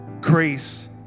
grace